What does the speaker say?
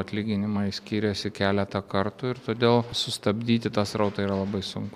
atlyginimai skiriasi keletą kartų ir todėl sustabdyti tą srautą yra labai sunku